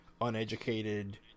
uneducated